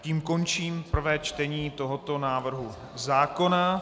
Tím končím prvé čtení tohoto návrhu zákona.